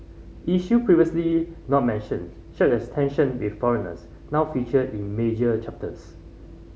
issue previously not mentions such as tension with foreigners now feature in major chapters